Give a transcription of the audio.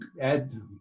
add